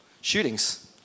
Shootings